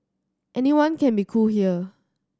anyone can be cool here